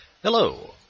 Hello